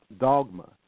dogma